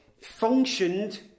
functioned